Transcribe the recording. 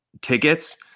tickets